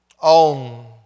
on